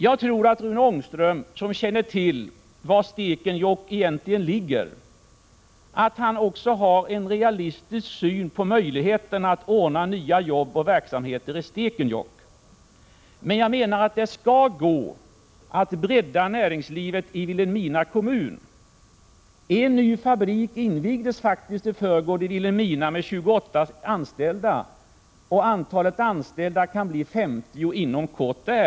Jag tror att Rune Ångström, som känner till var Stekenjokk ligger, också har en realistisk syn på möjligheterna att ordna nya jobb och verksamheter i Stekenjokk. Det bör gå att bredda näringslivet i Vilhelmina kommun. En ny fabrik med 28 anställda invigdes för resten i Vilhelmina i förrgår. Antalet anställda kan inom kort bli 50.